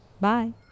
Bye